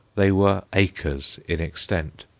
they were acres in extent.